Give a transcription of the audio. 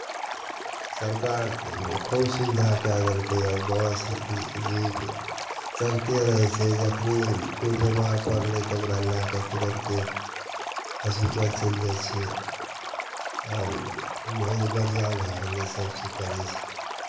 सरकार खुब सुविधा कए देलकैए बस जीप चलिते रहै छै जखनि कोइ बेमार पड़लै तऽ ओकरा लए कऽ तुरन्ते हॉस्पिटल चलि जाइ छियै आब बहुत बढ़िआँ भए गेलै सभचीज करै छै